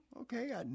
okay